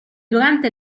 durante